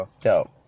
dope